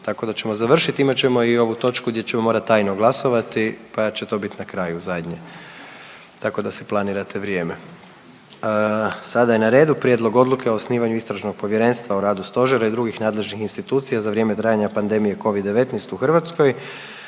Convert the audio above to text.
tako da ćemo završiti, imat ćemo i ovu točku gdje ćemo morati tajno glasovati pa će to bit na kraju, zadnje, tako da si planirate vrijeme. Sada je na redu: - Prijedlog Odluke o osnivanju istražnog povjerenstva o radu Stožera i drugih nadležnih institucija za vrijeme trajanja pandemije Covid-19 u Hrvatskoj